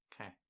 Okay